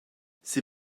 ses